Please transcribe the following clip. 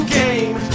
game